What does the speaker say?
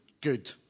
Good